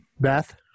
Beth